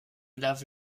lave